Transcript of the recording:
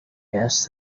yes